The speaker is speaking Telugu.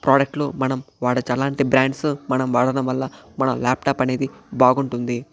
ప్రాడక్ట్లు మనం వాడవచ్చు అలాంటి బ్రాండ్స్ మనం వాడడం వల్ల మనం ల్యాప్టాప్ అనేది బాగుంటుంది